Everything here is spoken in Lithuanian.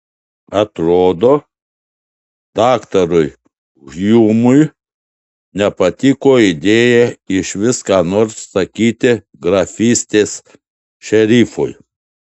atrodo daktarui hjumui nepatiko idėja išvis ką nors sakyti grafystės šerifui